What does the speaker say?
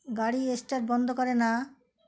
গাড়ি স্টার্ট বন্ধ করে না